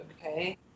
Okay